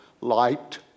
light